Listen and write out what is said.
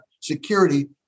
security